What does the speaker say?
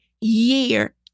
year